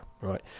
right